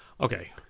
okay